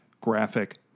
graphic